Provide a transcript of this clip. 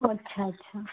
ଆଚ୍ଛା ଆଚ୍ଛା